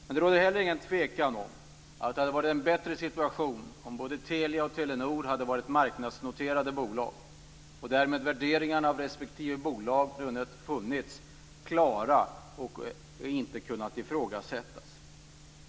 Men det råder heller ingen tvekan om att det hade varit en bättre situation om både Telia och Telenor hade varit marknadsnoterade bolag och därmed värderingarna av respektive bolag funnits klara och inte kunnat ifrågasättas.